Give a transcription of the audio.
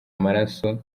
amaraso